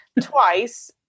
twice